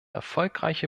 erfolgreiche